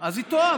אז היא טועה.